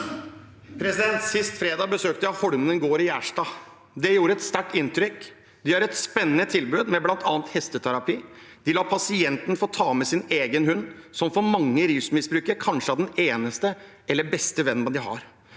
Sist fredag besøkte jeg Holmen gård i Gjerstad. Det gjorde et sterkt inntrykk. De har et spennende tilbud med bl.a. hesteterapi. De lar pasienten få ta med sin egen hund, som for mange rusmisbrukere kanskje er den eneste eller den beste vennen de har.